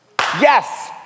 Yes